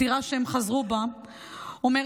עתירה שהם חזרו בהם ממנה,